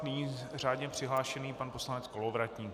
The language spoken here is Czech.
Nyní řádně přihlášený pan poslanec Kolovratník.